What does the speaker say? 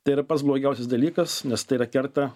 tai yra pats blogiausias dalykas nes tai yra kerta